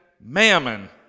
mammon